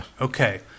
Okay